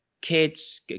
Kids